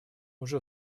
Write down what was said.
уже